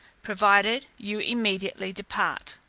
provided you immediately depart.